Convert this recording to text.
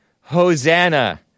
Hosanna